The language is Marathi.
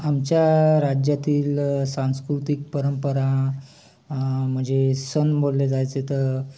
आमच्या राज्यातील सांस्कृतिक परंपरा म्हणजे सण बोलले जायचे तर